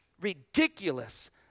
ridiculous